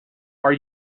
are